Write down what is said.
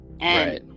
Right